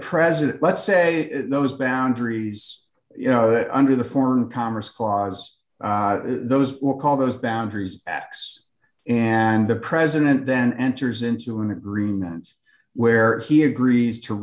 president let's say those boundaries you know under the foreign commerce clause those will call those boundaries x and the president then enters into an agreement where he agrees to